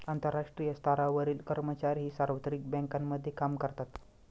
आंतरराष्ट्रीय स्तरावरील कर्मचारीही सार्वत्रिक बँकांमध्ये काम करतात